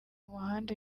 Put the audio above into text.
muhanda